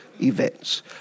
events